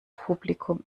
publikum